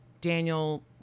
Daniel